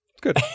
Good